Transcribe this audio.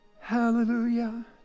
hallelujah